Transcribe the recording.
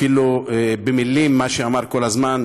אפילו במילים שהוא אמר כל הזמן,